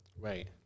Right